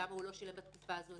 למה הוא לא שילם בתקופה הזאת?